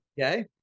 Okay